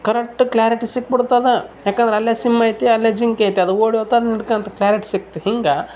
correct clarity ಸಿಕ್ಬಿಡ್ತು ಅದಾ ಯಾಕಂದರೆ ಅಲ್ಲೆ ಸಿಂಹ ಇದೆ ಅಲ್ಲೆ ಜಿಂಕೆ ಇದೆ ಅದು ಓಡಿ ಹೋತಂದು ಹಿಡ್ಕಂತು ಕ್ಲಾರಿಟಿ ಸಿಕ್ತು ಹಿಂಗೆ